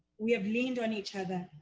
we have leaned on each other,